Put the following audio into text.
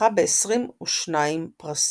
וזכה ב-22 פרסים,